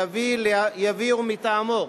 יביאו מטעמו,